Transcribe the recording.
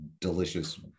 delicious